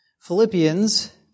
Philippians